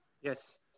Yes